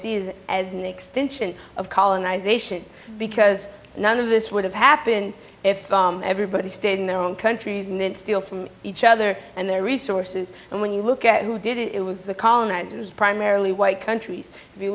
is as an extension of colonization because none of this would have happened if everybody stayed in their own countries and then steal from each other and their resources and when you look at who did it was the colonizers primarily white countries